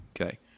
Okay